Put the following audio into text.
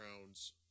rounds